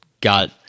got